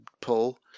pull